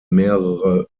mehrere